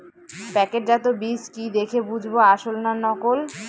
প্যাকেটজাত বীজ কি দেখে বুঝব আসল না নকল?